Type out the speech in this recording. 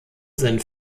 sind